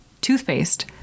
toothpaste